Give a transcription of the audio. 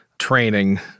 training